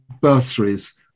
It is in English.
bursaries